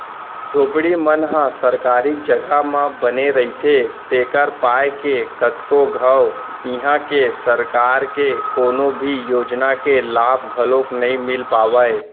झोपड़ी मन ह सरकारी जघा म बने रहिथे तेखर पाय के कतको घांव इहां के सरकार के कोनो भी योजना के लाभ घलोक नइ मिल पावय